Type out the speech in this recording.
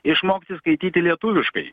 išmokti skaityti lietuviškai